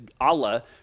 Allah